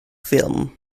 ffilm